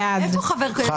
מי נגד?